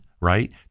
right